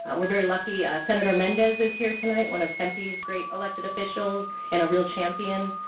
ah we're very lucky senator mendez is here tonight, one of tempe's great elected officials and a real champion